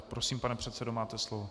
Prosím, pane předsedo, máte slovo.